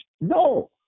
No